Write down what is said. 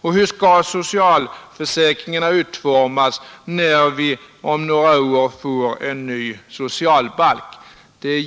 Och hur skall socialförsäkringarna utformas när vi om några år får en ny socialbalk?